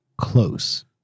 close